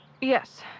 Yes